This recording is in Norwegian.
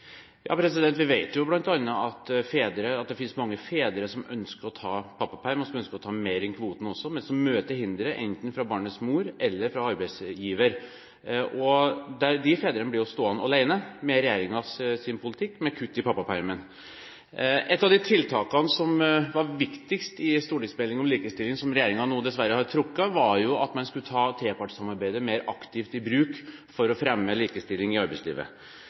Vi vet bl.a. at det finnes mange fedre som ønsker å ta pappaperm, og som ønsker å ta mer enn kvoten også, men som møter hindre enten fra barnets mor eller fra arbeidsgiver. De fedrene blir stående alene med regjeringens politikk med kutt i pappapermen. Et av tiltakene som var viktigst i stortingsmeldingen om likestilling, som regjeringen nå dessverre har trukket, var at man skulle ta trepartssamarbeidet mer aktivt i bruk for å fremme likestilling i arbeidslivet.